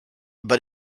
but